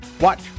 Watch